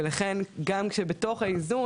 ולכן גם כשבתוך האיזון,